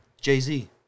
Jay-Z